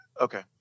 Okay